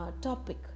topic